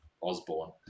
Osborne